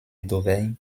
d’auvergne